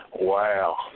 Wow